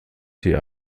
hier